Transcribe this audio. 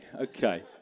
okay